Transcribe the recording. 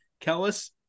Kellis